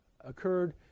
occurred